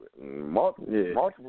multiple